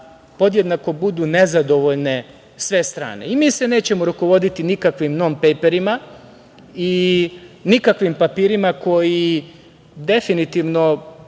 podjednako budu nezadovoljne sve strane. Mi se nećemo rukovoditi nikakvim „non-pejperima“ i nikakvim papirima koji definitivno